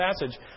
passage